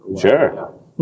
Sure